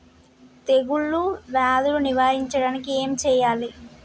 తెగుళ్ళ వ్యాధులు నివారించడానికి ఏం చేయాలి?